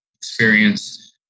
experience